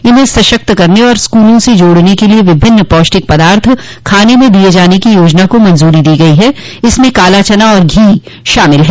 इन्हें सशक्त करने और स्कूलों से जोड़ने के लिये विभिन्न पौष्टिक पदार्थ खाने में दिये जाने की योजना को मंजूरी दी गई है इसमें काला चना और घी भी शामिल है